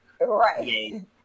Right